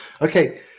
Okay